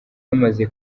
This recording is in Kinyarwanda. bamaze